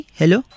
hello